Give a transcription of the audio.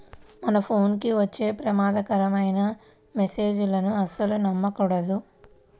మన ఫోన్ కి వచ్చే ప్రమాదకరమైన మెస్సేజులను అస్సలు నమ్మకూడదు